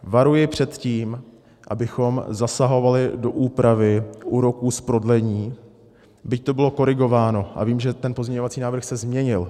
Varuji před tím, abychom zasahovali do úpravy úroků z prodlení, byť to bylo korigováno a vím, že ten pozměňovací návrh se změnil.